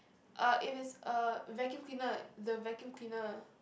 uh if it's a vacuum cleaner the vacuum cleaner